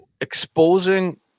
exposing